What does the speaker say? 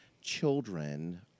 children